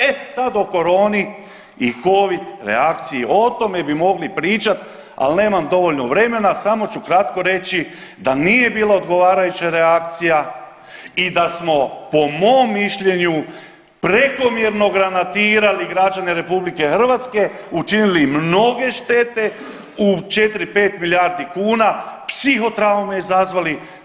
E sad o koroni i covid reakciji o tome bi mogli pričat, al nemam dovoljno vremena, samo ću kratko reći da nije bilo odgovarajuće reakcija i da smo po mom mišljenju prekomjerno granatirali građane RH, učinili mnoge štete u 4, 5 milijardi kuna, psihotraume izazvali.